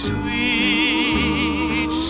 Sweet